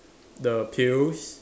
the pails